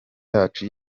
yacu